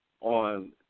on